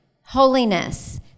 holiness